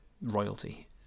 royalty